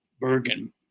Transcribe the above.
bergen